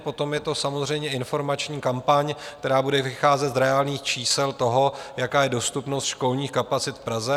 Potom je to samozřejmě informační kampaň, která bude vycházet z reálných čísel toho, jaká je dostupnost školních kapacit v Praze.